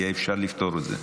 היה אפשר לפתור את זה.